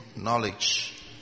knowledge